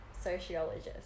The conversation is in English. sociologist